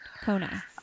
Kona